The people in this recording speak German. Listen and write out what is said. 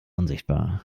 unsichtbar